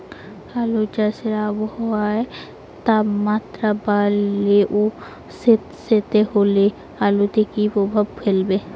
আলু চাষে আবহাওয়ার তাপমাত্রা বাড়লে ও সেতসেতে হলে আলুতে কী প্রভাব ফেলবে?